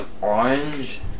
orange